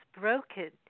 broken